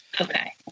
okay